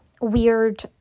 weird